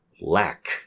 lack